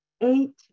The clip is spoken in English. eight